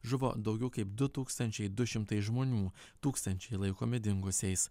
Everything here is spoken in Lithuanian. žuvo daugiau kaip du tūkstančiai du šimtai žmonių tūkstančiai laikomi dingusiais